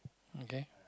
okay